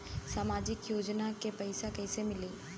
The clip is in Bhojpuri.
सामाजिक योजना के पैसा कइसे मिली?